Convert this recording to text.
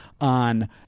on